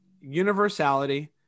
universality